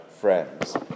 friends